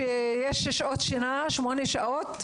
יש שמונה שעות שינה,